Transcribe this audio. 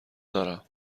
دارم